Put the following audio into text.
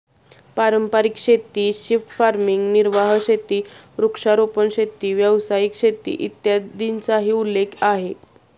पारंपारिक शेती, shift farming, निर्वाह शेती, वृक्षारोपण शेती, व्यावसायिक शेती, इत्यादींचाही उल्लेख आहे